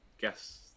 guess